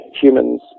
humans